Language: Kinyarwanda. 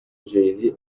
jay